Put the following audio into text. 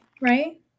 right